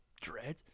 dread